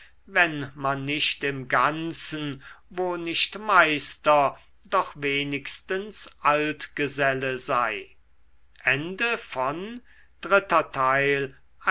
wenn man nicht im ganzen wo nicht meister doch wenigstens altgeselle sei